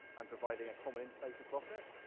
and providing a common interface across it.